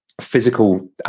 physical